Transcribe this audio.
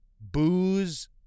booze